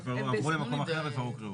הם כבר עברו למקום אחר וכבר הוקראו.